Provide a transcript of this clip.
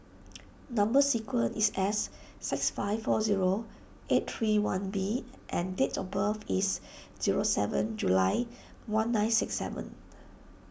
Number Sequence is S six five four zero eight three one B and date of birth is zero seven July one nine six seven